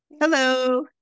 Hello